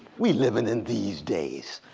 we living in these days.